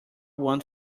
won